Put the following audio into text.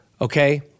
Okay